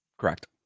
Correct